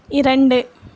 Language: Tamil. இரண்டு